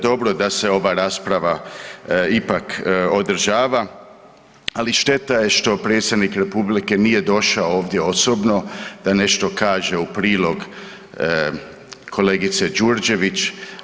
Dobro da se ova rasprava ipak održava, ali šteta je što predsjednik republike nije došao ovdje osobno da nešto kaže u prilog kolegice Đurđević.